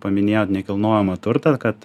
paminėjot nekilnojamą turtą kad